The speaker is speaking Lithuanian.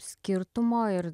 skirtumo ir